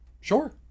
sure